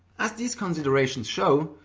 as these considerations show,